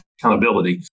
accountability